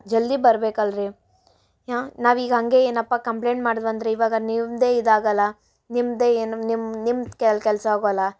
ಜಲ್ದಿ ಬರ್ಬೇಕು ಅಲ್ರಿ ನಾವು ಈಗ ಹಂಗೆ ಏನಪ್ಪ ಕಂಪ್ಲೇಂಟ್ ಮಾಡ್ದ್ವ ಅಂದ್ರ ಇವಾಗ ನಿಮ್ಮದೇ ಇದು ಆಗಲ್ಲ ನಿಮ್ಮದೇ ಏನು ನಿಮ್ಮ ನಿಮ್ಮ ಕೆಲಸ ಹೋಗಲ್ಲ